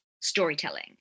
storytelling